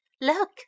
look